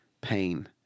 pain